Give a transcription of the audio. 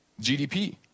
GDP